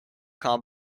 com